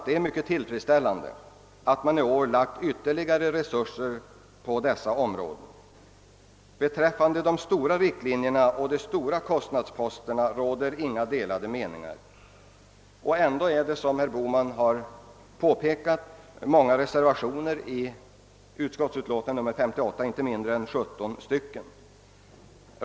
Det är mycket tillfredsställande att man i år ställt ytterligare resurser till förfogande på dessa områden. Beträffande de stora riktlinjerna och de stora kostnadsposterna råder inga delade meningar. Ändå föreligger som herr Bohman har påpekat inte mindre än 17 reservationer till statsutskottets utlåtande nr 58.